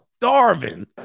starving